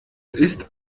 ist